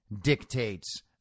dictates